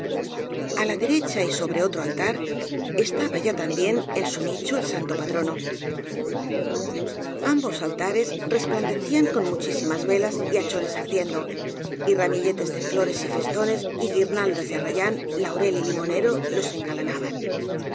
á la derecha y sobre otro altar estaba ya tam bién en su nicho el santo patrono ambos altares resplandecían con muchísimas velas y hachones ardiendo y ramilletes de flores y festones y guirnaldas de arrayán laurel y limonero los engalanaban